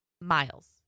miles